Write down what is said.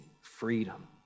freedom